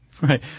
Right